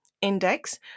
index